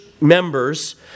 members